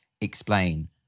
explain